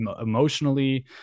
emotionally